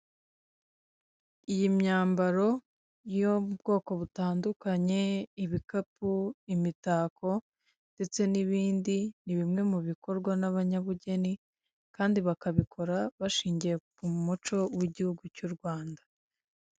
Iyi myambaro yo mu bwoko butandukanye; ibikapu, imitako, ndetse n'ibindi, ni bimwe mu bikorwa n'abanyabugeni, kandi bakabikora bashingiye ku muco w'igihugu cy'u Rwanda.